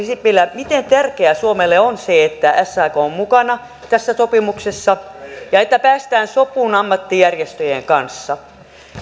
sipilä miten tärkeää suomelle on se että sak on mukana tässä sopimuksessa ja että päästään sopuun ammattijärjestöjen kanssa